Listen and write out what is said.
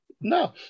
No